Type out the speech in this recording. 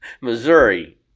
Missouri